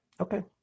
Okay